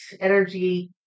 energy